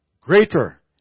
greater